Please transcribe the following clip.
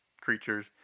creatures